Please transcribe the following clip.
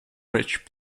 rich